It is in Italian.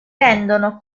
rendono